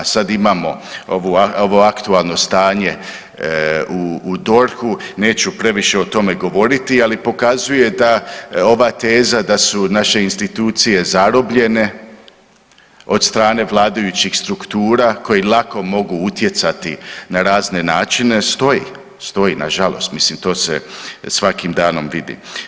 Sad imamo ovo aktualno stanje u DORH-u, neću previše o tome govoriti, ali pokazuje da ova teza da su naše institucije zarobljene od strane vladajućih struktura koje lako mogu utjecati na razne načine stoji, stoji nažalost, mislim to se svakim danom vidi.